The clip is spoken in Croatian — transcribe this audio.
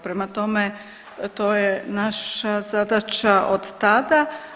Prema tome, to je naša zadaća od tada.